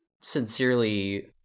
sincerely